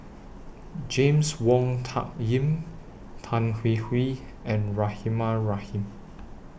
James Wong Tuck Yim Tan Hwee Hwee and Rahimah Rahim